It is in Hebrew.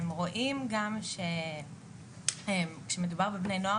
רואים גם כשמדובר בבני נוער,